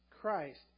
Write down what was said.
Christ